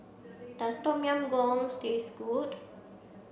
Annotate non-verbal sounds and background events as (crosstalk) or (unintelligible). does Tom Yam Goong (unintelligible) taste good